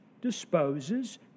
disposes